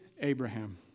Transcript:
Abraham